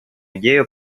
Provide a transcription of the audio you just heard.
идею